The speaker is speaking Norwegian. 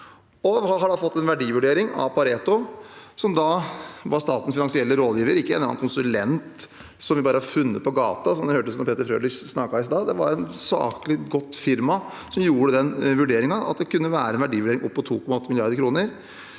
Man har fått en verdivurdering av Pareto, som er statens finansielle rådgiver, ikke en eller annen konsulent som vi bare har funnet på gata, slik det hørtes ut som da Peter Frølich snakket i stad. Det var et saklig, godt firma som gjorde den vurderingen at det kunne være verdt opp mot 2,8 mrd. kr.